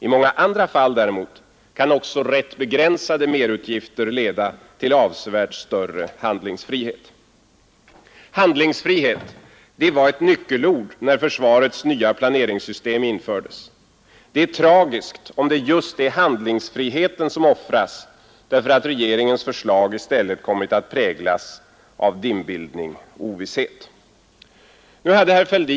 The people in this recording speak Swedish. I många andra fall däremot kan också rätt begränsade merutgifter leda till avsevärt större handlingsfrihet. Handlingsfrihet var ett nyckelord när försvarets nya planeringssystem infördes. Det är tragiskt om det just är handlingsfriheten som offras därför att regeringens förslag i stället kommit att präglas av dimbildning och ovisshet.